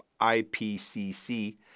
IPCC